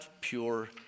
pure